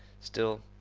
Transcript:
still,